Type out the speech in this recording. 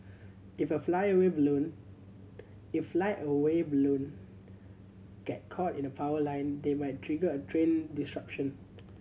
if a flyaway balloon if flyaway balloon get caught in a power line they might trigger a train disruption